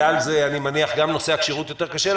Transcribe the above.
אני מניח שבאל-על גם נושא הכשירות יותר קשה,